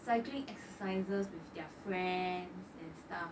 cycling exercises with their friends and stuff